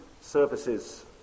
services